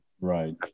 Right